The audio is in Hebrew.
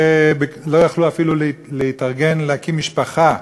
ולא יכלו אפילו להתארגן להקים משפחה.